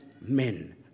men